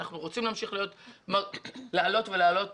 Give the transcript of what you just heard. אם אנחנו רוצים לעלות ולעלות